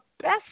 best